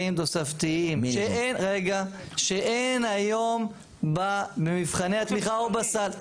תוספתיים שאין היום במבחני התמיכה או בסל.